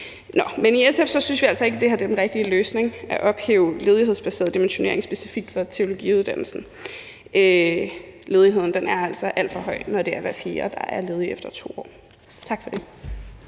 i SF synes vi altså ikke, at det er den rigtige løsning at ophæve ledighedsbaseret dimensionering specifikt for teologiuddannelsen. Ledigheden er altså alt for høj, når det er hver fjerde, der er ledig efter 2 år. Tak for det.